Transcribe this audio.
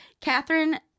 Catherine